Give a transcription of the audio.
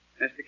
Mr